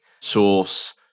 Source